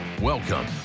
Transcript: Welcome